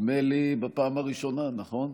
נדמה לי בפעם הראשונה, נכון?